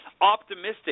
optimistic